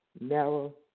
narrow